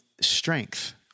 strength